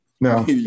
No